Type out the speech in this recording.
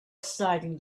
exciting